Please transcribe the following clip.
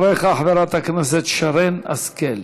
אחריך, חברת הכנסת שרן השכל.